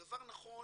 הדבר נכון